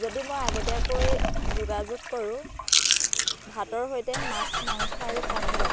যদি মই আগতীয়াকৈ যোগাযোগ কৰোঁ ভাতৰ সৈতে মাছ মাংস আৰু পনিৰত